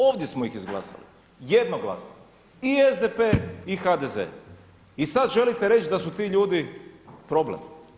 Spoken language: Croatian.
Ovdje smo ih izglasali jednoglasno i SDP i HDZ, i sad želite reći da su ti ljudi problem.